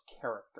character